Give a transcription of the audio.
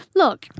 look